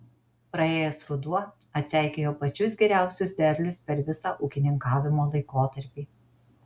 praėjęs ruduo atseikėjo pačius geriausius derlius per visą ūkininkavimo laikotarpį